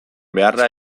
beharra